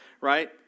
right